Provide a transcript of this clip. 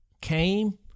came